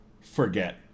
forget